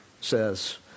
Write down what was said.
says